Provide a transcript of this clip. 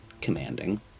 commanding